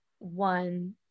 One